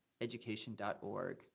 education.org